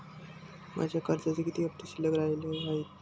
माझ्या कर्जाचे किती हफ्ते शिल्लक राहिले आहेत?